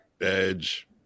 edge